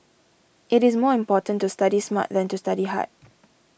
it is more important to study smart than to study hard